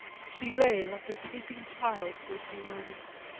she lay like a sleeping child for a few moments,